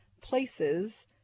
places